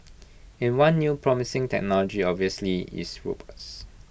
and one new promising technology obviously is robots